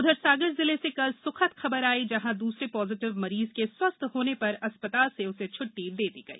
उधर सागर जिले से कल सुखद खबर आई जहां द्रसरे पाजिटिव मरीज के स्वस्थ्य होने पर अस्पताल से छ्ट्टी दे दी गई